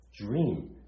dream